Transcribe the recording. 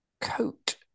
Coat